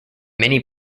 many